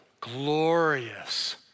glorious